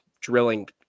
drilling